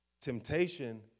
Temptation